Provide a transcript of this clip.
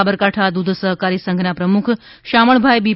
સાબરકાંઠા દૂધ સહકારી સંઘના પ્રમુખ શામળભાઈ બી